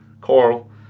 Coral